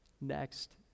Next